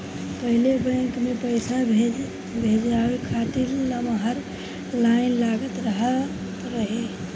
पहिले बैंक में पईसा भजावे खातिर लमहर लाइन लागल रहत रहे